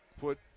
put